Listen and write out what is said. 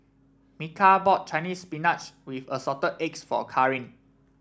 Micah bought Chinese Spinach with Assorted Eggs for Karin